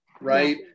right